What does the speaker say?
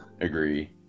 agree